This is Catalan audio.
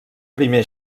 primer